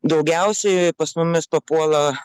daugiausiai pas mumis papuola